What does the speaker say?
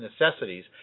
necessities